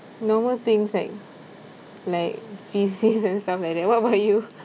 normal things like like faeces and stuff like that what about you